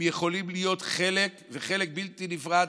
הם יכולים להיות חלק, וחלק בלתי נפרד.